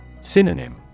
Synonym